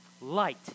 Light